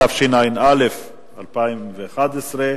התשע"א 2011,